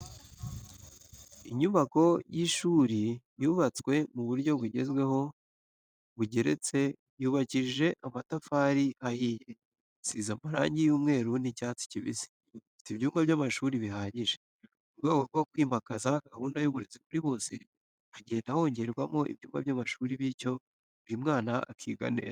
Inyubako y'ishuri yubatswe mu buryo bugezweho bugeretse yubakishije amatafari ahiye, isize amarangi y'umweru n'icyatsi kibisi, ifite ibyumba by'amashuri bihagije. Mu rwego rwo kwimakaza gahunda y'uburezi kuri bose, hagenda hongerwa ibyumba by'amashuri bityo buri mwana akiga neza.